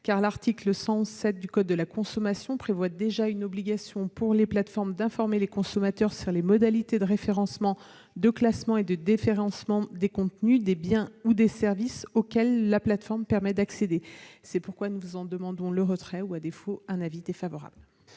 car l'article 107 du code de la consommation prévoit déjà une obligation pour les plateformes d'informer les consommateurs sur les modalités de référencement, de classement et de déréférencement des contenus, des biens ou des services auxquels la plateforme permet d'accéder. C'est la raison pour laquelle nous vous en demandons le retrait, mon cher collègue.